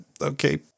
okay